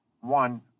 one